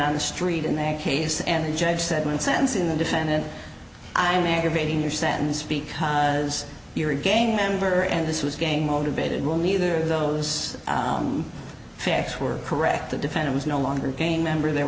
on the street in that case and the judge said one sentence in the defendant i'm aggravated in your sentence because you're a gay member and this was going motivated well neither of those facts were correct the defendant was no longer a member there